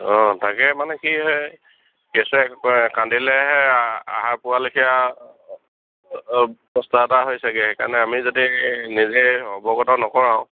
অঁ তাকে মানে কি হয় কেঁচুৱাই কান্দিলেহে আহাৰ পোৱাৰ লেখীয়া অৱস্থা হয় এটা হৈছেগে সেইকাৰণে আমি যদি নিজে অৱগতা নকৰাওঁ